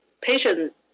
patient